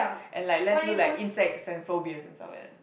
and like let's look like insects and phobias and stuff like that